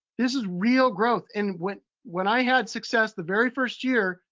this is real growth. and when when i had success the very first year,